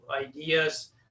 ideas